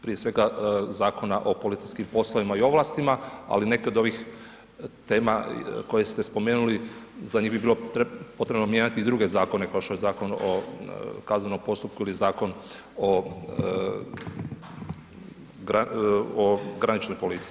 Prije svega, Zakona o policijskim poslovima i ovlastima, ali neke od ovih tema koje ste spomenuli, za njih bi bilo potrebno mijenjati i druge zakone, kao što je Zakon o kaznenom postupku ili Zakon o graničnoj policiji.